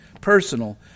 personal